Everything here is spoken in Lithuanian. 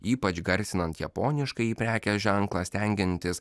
ypač garsinant japoniškąjį prekės ženklą stengiantis